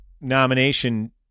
nomination